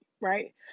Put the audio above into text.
right